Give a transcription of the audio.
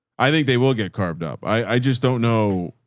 i think they will get carved up. i just don't know.